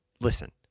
listen